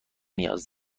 نیاز